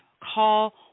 call